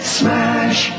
smash